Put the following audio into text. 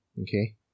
okay